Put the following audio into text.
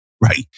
right